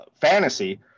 fantasy